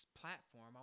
platform